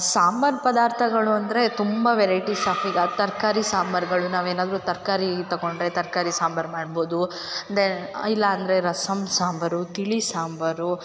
ಸಾಂಬಾರು ಪದಾರ್ಥಗಳು ಅಂದರೆ ತುಂಬ ವೆರೈಟೀಸ್ ಆಫ್ ಈಗ ತರಕಾರಿ ಸಾಂಬಾರ್ಗಳು ನಾವೇನಾದ್ರು ತರಕಾರಿ ತಗೊಂಡ್ರೆ ತರಕಾರಿ ಸಾಂಬಾರು ಮಾಡ್ಬೋದು ದೆನ್ ಇಲ್ಲ ಅಂದರೆ ರಸಮ್ ಸಾಂಬಾರು ತಿಳಿ ಸಾಂಬಾರು